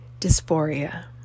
Dysphoria